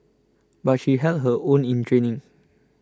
but she held her own in training